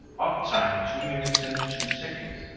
uptime two minutes and two seconds.